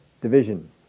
division